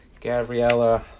Gabriella